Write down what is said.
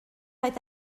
oedd